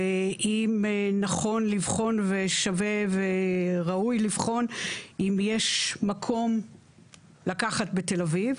ואם נכון לבחון ושווה וראוי לבחון אם יש מקום לקחת בתל אביב,